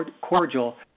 cordial